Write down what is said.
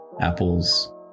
apples